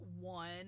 one